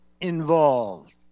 involved